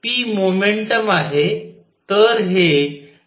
p momentum आहे